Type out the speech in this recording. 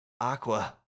Aqua